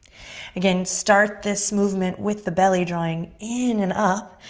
again, start this movement with the belly drawing in and up.